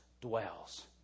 dwells